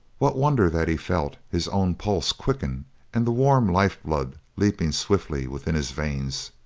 what wonder that he felt his own pulse quicken and the warm life-blood leaping swiftly within his veins!